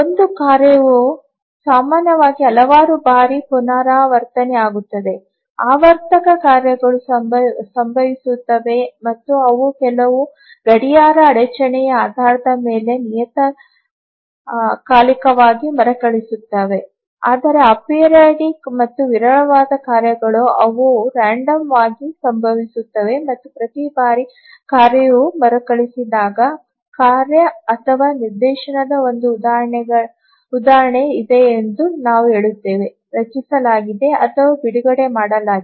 ಒಂದು ಕಾರ್ಯವು ಸಾಮಾನ್ಯವಾಗಿ ಹಲವಾರು ಬಾರಿ ಪುನರಾವರ್ತನೆಯಾಗುತ್ತದೆ ಆವರ್ತಕ ಕಾರ್ಯಗಳು ಸಂಭವಿಸುತ್ತವೆ ಮತ್ತು ಅವು ಕೆಲವು ಗಡಿಯಾರ ಅಡಚಣೆಯ ಆಧಾರದ ಮೇಲೆ ನಿಯತಕಾಲಿಕವಾಗಿ ಮರುಕಳಿಸುತ್ತವೆ ಆದರೆ ಅಪೆರಿಯೋಡಿಕ್ ಮತ್ತು ವಿರಳವಾದ ಕಾರ್ಯಗಳು ಅವು ramdomವಾಗಿ ಸಂಭವಿಸುತ್ತವೆ ಮತ್ತು ಪ್ರತಿ ಬಾರಿ ಕಾರ್ಯವು ಮರುಕಳಿಸಿದಾಗ ಕಾರ್ಯ ಅಥವಾ ನಿದರ್ಶನದ ಒಂದು ಉದಾಹರಣೆ ಇದೆ ಎಂದು ನಾವು ಹೇಳುತ್ತೇವೆ ರಚಿಸಲಾಗಿದೆ ಅಥವಾ ಬಿಡುಗಡೆ ಮಾಡಲಾಗಿದೆ